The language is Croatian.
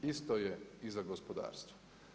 Isto je i za gospodarstvo.